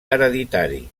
hereditari